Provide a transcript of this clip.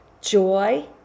Joy